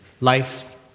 Life